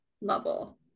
level